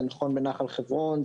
זה נכון בנחל חברון,